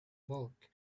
bulk